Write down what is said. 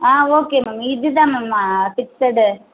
ஆ okay ma'am இது தான் ma'am ஆ ஃபிக்ஸடு